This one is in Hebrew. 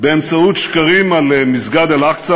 באמצעות שקרים על מסגד אל-אקצא